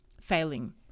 failing